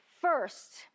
first